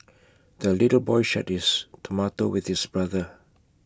the little boy shared his tomato with his brother